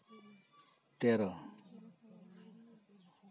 ᱛᱮᱨᱚ